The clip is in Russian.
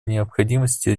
необходимости